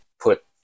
put